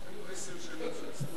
היו עשר שנים של היסטוריה.